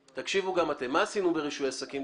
מה עשינו ברישוי עסקים?